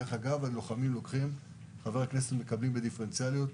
הלוחמים מקבלים בדיפרנציאליות,